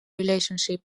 relationship